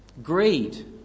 Greed